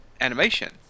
animation